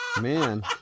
Man